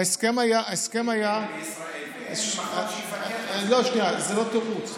ההסכם היה, שנייה, זה לא תירוץ.